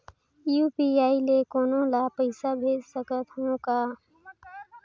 UPI ले कोनो ला पइसा भेज सकत हों का?